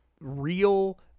real